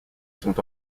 sont